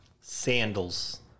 sandals